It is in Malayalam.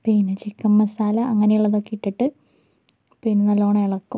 പിന്നെ ചിക്കൻ മസാല അങ്ങനെ ഉള്ളതൊക്കെ ഇട്ടിട്ട് പിന്നെ നല്ലോണം ഇളക്കും